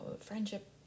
friendship